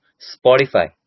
spotify